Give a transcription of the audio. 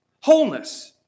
wholeness